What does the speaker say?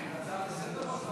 עד עשר דקות,